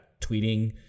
tweeting